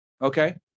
okay